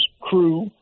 crew